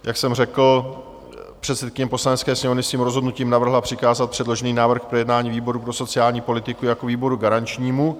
Jak jsem řekl, předsedkyně Poslanecké sněmovny svým rozhodnutím navrhla přikázat předložený návrh k projednání výboru pro sociální politiku jako výboru garančnímu.